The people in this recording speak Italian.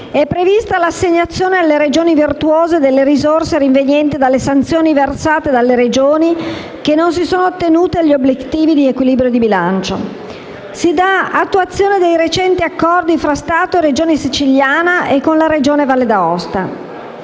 è prevista l'assegnazione alle Regioni virtuose delle risorse rinvenienti dalle sanzioni versate dalle Regioni che non si sono attenute agli obblighi di equilibrio di bilancio; si da attuazione ai recenti accordi tra Stato e Regione siciliana (attribuzione di risorse